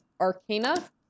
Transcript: arcana